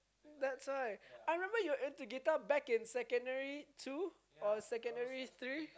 that's why I remember you were into guitar back in secondary two or secondary three